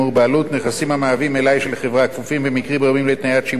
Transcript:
נכסים המהווים מלאי של חברה כפופים במקרים רבים לתניות שימור בעלות